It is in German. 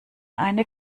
eine